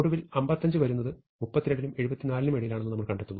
ഒടുവിൽ 55 വരുന്നത് 32 നും 74 നും ഇടയിലാണെന്ന് നമ്മൾ കണ്ടെത്തുന്നു